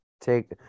take